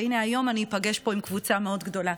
והיום אני איפגש פה עם קבוצה מאוד גדולה,